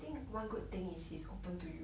I think one good thing is he's open to you